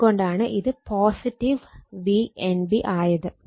അത് കൊണ്ടാണ് ഇത് Vnb ആയത്